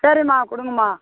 சரிம்மா கொடுங்கம்மா